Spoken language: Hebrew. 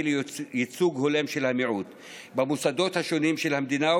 לייצוג הולם של המיעוט במוסדות השונים של המדינה,